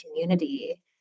community